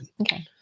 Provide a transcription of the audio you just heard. Okay